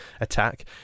attack